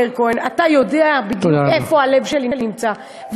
מאיר כהן: אתה יודע בדיוק איפה הלב שלי נמצא,